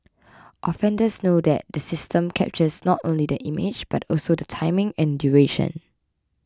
offenders know that the system captures not only the image but also the timing and duration